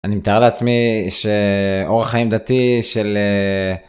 אני מתאר לעצמי שאורח חיים דתי של.